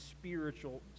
spiritual